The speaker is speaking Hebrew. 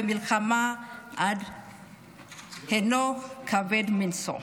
במלחמה הינו כבד מנשוא: